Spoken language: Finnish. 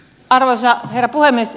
arvoisa herra puhemies